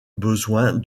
besoin